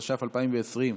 התש"ף 2020,